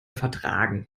vertragen